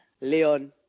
Leon